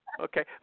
Okay